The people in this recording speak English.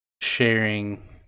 sharing